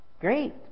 great